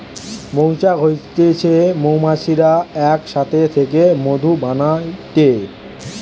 মৌচাক হইতে মৌমাছিরা এক সাথে থেকে মধু বানাইটে